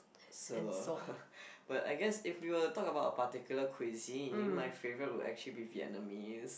so but I guess if we were to talk about a particular cuisine my favourite would actually be Vietnamese